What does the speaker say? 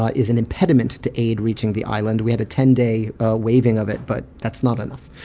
ah is an impediment to aid reaching the island. we had a ten day waiving of it, but that's not enough.